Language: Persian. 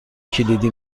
کلیدی